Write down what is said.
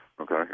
okay